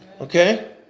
Okay